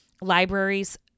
libraries